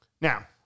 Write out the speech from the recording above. Now